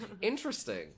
Interesting